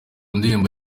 ndirimbo